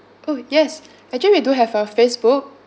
oh yes actually we do have a Facebook